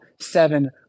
seven